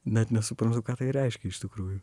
net nesuprantu ką tai reiškia iš tikrųjų